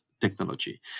technology